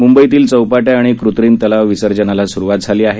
मूंबईतील चौपाट्या आणि कृत्रिम तलावात विसर्जनाला सुरुवात झाली आहे